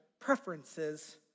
preferences